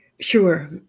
Sure